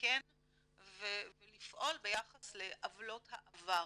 לתקן ולפעול ביחס לעוולות העבר,